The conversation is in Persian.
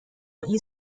این